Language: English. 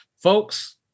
Folks